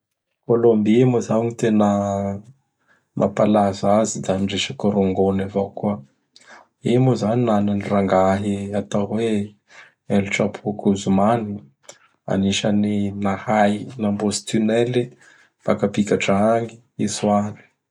Colombie moa zao gny mapalaza azy da gny resaky rongony avao koa. I moa zany mana an Rangahy atao hoe El Chapo Guzman anisan'ny nahay nambôtsy tunely baka apigadrà agny hitsoahany.